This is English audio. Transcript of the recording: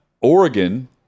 Oregon